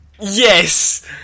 Yes